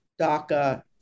DACA